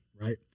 right